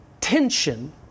tension